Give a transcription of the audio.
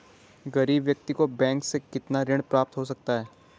गरीब व्यक्ति को बैंक से कितना ऋण प्राप्त हो सकता है?